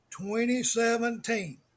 2017